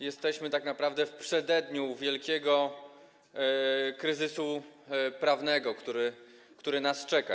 Jesteśmy tak naprawdę w przededniu wielkiego kryzysu prawnego, który nas czeka.